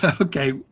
okay